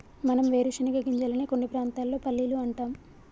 మనం వేరుశనగ గింజలనే కొన్ని ప్రాంతాల్లో పల్లీలు అంటాం